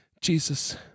Jesus